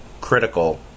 critical